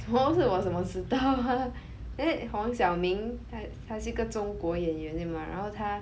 我不是她我怎么知道黄晓明他是一个中国演员对嘛然后他